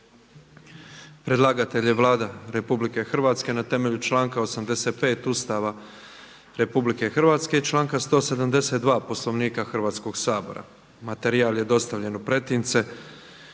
Predlagatelj je Vlada Republike Hrvatske na temelju članka 85. Ustava RH i članka 172. Poslovnika Hrvatskoga sabora. Materijal je dostavljen u pretince.